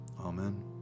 Amen